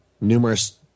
numerous